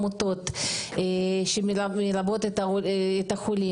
מתוך העמותות שמלוות את החולים.